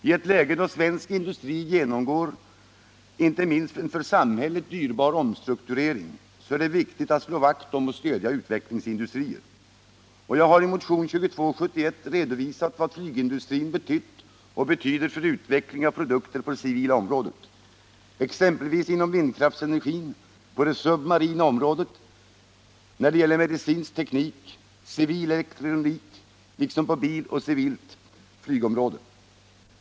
I ett läge då svensk industri genomgår en inte minst för samhället dyrbar omstrukturering är det viktigt att slå vakt om och stödja utvecklingsindustrier. Jag har i motionen 2271 redovisat vad flygindustrin betytt och betyder för utveckling av produkter på det civila området, exempelvis inom vindkraftsenergin, på det submarina området, när det gäller medicinsk teknik och civil elektronik liksom på bilområdet och på civilflygsområdet.